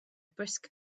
brisk